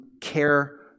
care